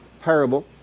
parable